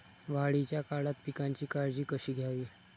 वाढीच्या काळात पिकांची काळजी कशी घ्यावी?